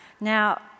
Now